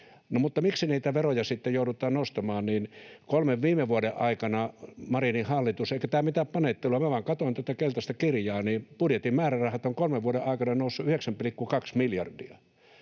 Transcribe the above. miksi niitä veroja sitten joudutaan nostamaan? Kolmen viime vuoden aikana, Marinin hallituksen aikana — eikä tämä ole mitään panettelua, vaan katsoin vain tätä keltaista kirjaa — budjetin määrärahat ovat nousseet 9,2 miljardia.